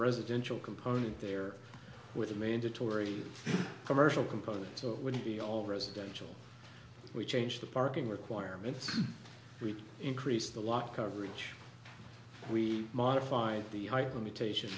residential component there with a mandatory commercial component so it wouldn't be all residential we change the parking requirements we increase the law coverage we modified the height limitation